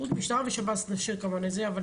משטרה ושב"ס נשאיר כמובן את זה אבל